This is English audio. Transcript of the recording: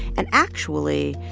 and actually,